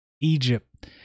Egypt